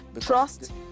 Trust